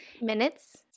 Minutes